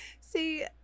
See